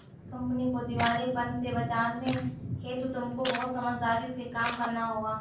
company को दिवालेपन से बचाने हेतु तुमको बहुत समझदारी से काम करना होगा